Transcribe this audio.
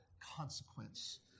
consequence